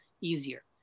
easier